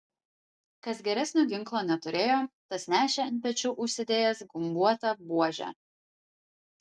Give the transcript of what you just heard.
kas geresnio ginklo neturėjo tas nešė ant pečių užsidėjęs gumbuotą buožę